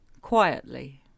quietly